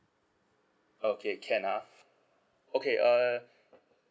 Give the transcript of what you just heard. okay can ah okay uh